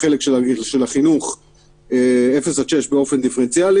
נניח שעכשיו יש עיר אדומה וצריכות להגיע ממנה סייעות ומורות.